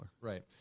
Right